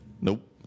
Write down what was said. Nope